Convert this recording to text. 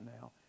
now